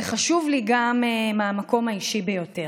זה חשוב לי גם מהמקום האישי ביותר,